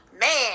Man